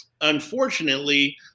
unfortunately